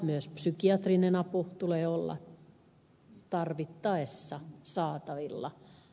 myös psykiatrisen avun tulee olla tarvittaessa saatavilla